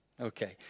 Okay